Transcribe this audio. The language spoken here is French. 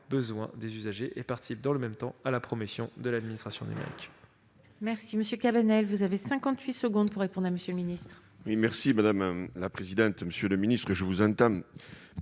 besoin des usagers et participe dans le même temps à la promotion de l'administration numérique.